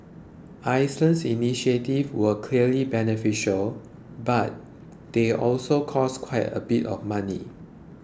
Iceland's initiatives were clearly beneficial but they also cost quite a bit of money